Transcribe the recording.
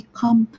come